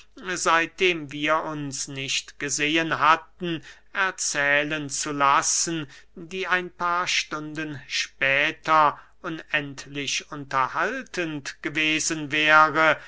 seitdem wir uns nicht gesehen hatten erzählen zu lassen die ein paar stunden später unendlich unterhaltend gewesen wäre